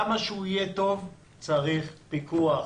כמה שהוא יהיה טוב, צריך פיקוח.